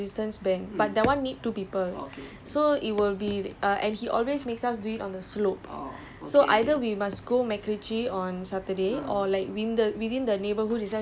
there was once um the one of the worst ones was also with a resistance band but that one need two people so it will be and he always makes us do it on the slope